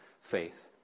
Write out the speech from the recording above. faith